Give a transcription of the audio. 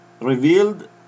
revealed